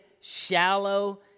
shallow